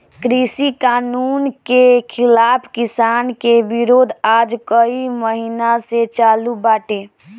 कृषि कानून के खिलाफ़ किसान के विरोध आज कई महिना से चालू बाटे